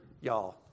y'all